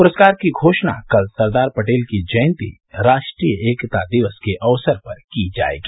पुरस्कार की घोषणा कल सरदार पटेल की जयंती राष्ट्रीय एकता दिवस के अवसर पर की जाएगी